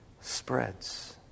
spreads